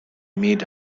mid